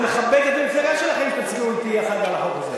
זה מכבד את המפלגה שלכם שתצביעו אתי יחד על החוק הזה,